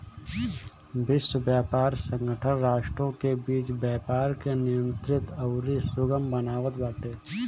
विश्व व्यापार संगठन राष्ट्रों के बीच व्यापार के नियंत्रित अउरी सुगम बनावत बाटे